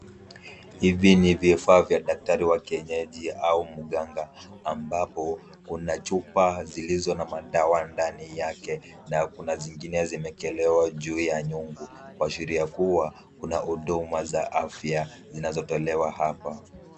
Hivi ni vifaa vya daktari wa kienyeji au muganga, ambapo kuna chupa zilizo na dawa ndani yake, na kuna zingine zimechelewa juu ya nyungu kwa sheria kuwa kuna huduma za afya zinazotolewa hapa.